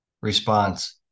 Response